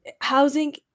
Housing